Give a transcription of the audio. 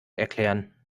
erklären